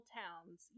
towns